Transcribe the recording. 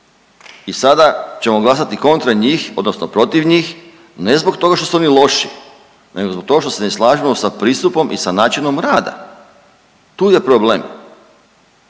i sada ćemo glasati kontra njih odnosno protiv njih ne zbog toga što su oni loši nego zbog toga što se ne slažemo sa pristupom i sa načinom rada, tu je problem.